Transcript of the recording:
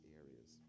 areas